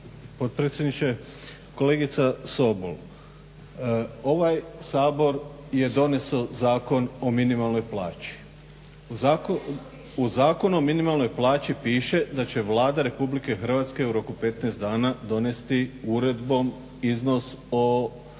potpredsjedniče. Kolegice Sobol, ovaj Sabor je donesao Zakon o minimalnoj plaći. U Zakonu o minimalnoj plaći piše da će Vlada RH u roku 15 dana donesti uredbom iznos o